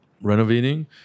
renovating